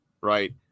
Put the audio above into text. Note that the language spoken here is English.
right